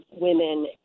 women